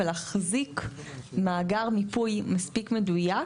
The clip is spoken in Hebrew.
ולהחזיק מאגר מיפוי מספיק מדויק,